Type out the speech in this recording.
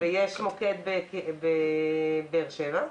יש מוקד בבאר שבע.